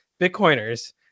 Bitcoiners